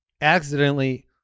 accidentally